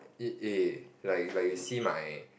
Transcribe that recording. eh like like you see my